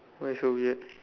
why so weird